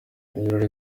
ibirori